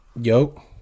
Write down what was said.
Yo